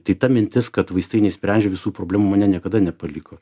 tai ta mintis kad vaistai neišsprendžia visų problemų mane niekada nepaliko